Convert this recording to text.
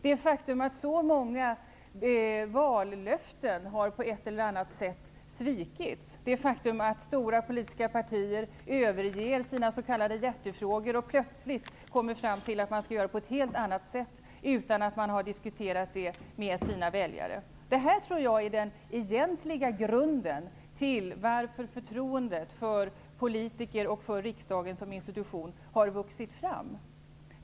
Det är ett faktum att många vallöften på ett eller annat sätt har svikits. Det är ett faktum att stora politiska partier överger sina s.k. hjärtefrågor och plötsligt kommer fram till att man skall göra på ett helt annat sätt, utan att man har diskuterat det med sina väljare. Det här tror jag är den egentliga grunden till att det bristande förtroendet för politiker och för riksdagen som institution har vuxit fram.